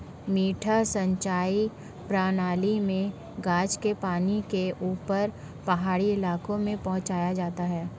मडडा सिंचाई प्रणाली मे गज के पानी को ऊपर पहाड़ी इलाके में पहुंचाया जाता है